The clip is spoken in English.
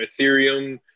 Ethereum